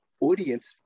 audience